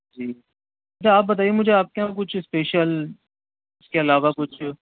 جی اچھا آپ بتائیے مجھے آپ کے یہاں کچھ اسپیشل اِس کے علاوہ کچھ